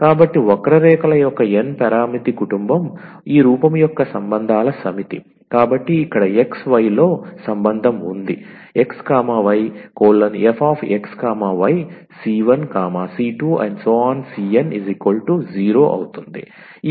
కాబట్టి వక్రరేఖల యొక్క n పరామితి కుటుంబం ఈ రూపం యొక్క సంబంధాల సమితి కాబట్టి ఇక్కడ x y లో సంబంధం ఉంది xyfxyc1c2cn0